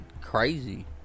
crazy